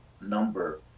number